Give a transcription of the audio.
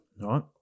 right